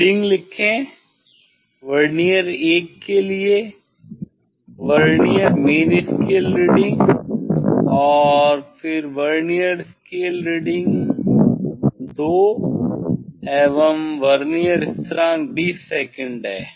reading लिखे vernier 1 के लिए वर्नियर मेन स्केल रीडिंग और फिर वर्नियर स्केल रीडिंग 2 एवं वर्नियर स्थिरांक 20 सेकंड है